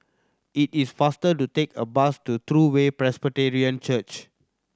it is faster to take a bus to True Way Presbyterian Church